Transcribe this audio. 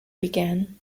began